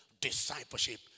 discipleship